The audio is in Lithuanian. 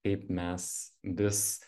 kaip mes vis